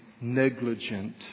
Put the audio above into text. negligent